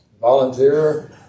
volunteer